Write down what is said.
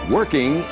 Working